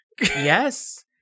Yes